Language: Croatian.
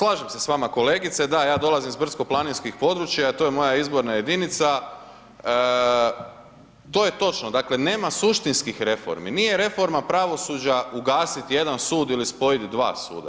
Slažem se s vama kolegice, da ja dolazim iz brdsko planinskog područja, to je moja izborna jedinica, to je točno, dakle, nema suštinskih reformi, nije reforma pravosuđa ugasiti jedan sud ili spojiti dva suda.